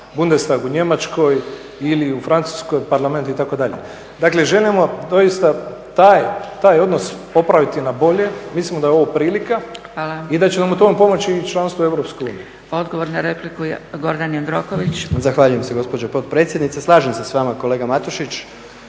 Bundestag u Njemačkoj ili u Francuskoj parlament itd.. Dakle želimo doista taj odnos popraviti na bolje, mislimo da je ovo prilika i da će nam u tome pomoći i članstvo u Europskoj uniji. **Zgrebec, Dragica (SDP)** Hvala. Odgovor na repliku Gordan Jandroković. **Jandroković, Gordan (HDZ)** Zahvaljujem se gospođo potpredsjednice. Slažem se s vama kolega Matušić,